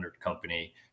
company